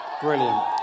Brilliant